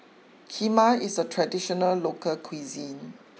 Kheema is a traditional local cuisine